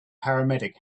paramedic